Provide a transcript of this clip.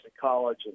college